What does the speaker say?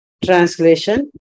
Translation